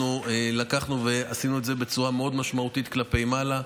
אנחנו לקחנו ועשינו את זה בצורה מאוד משמעותית כלפי מעלה.